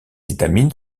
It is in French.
étamines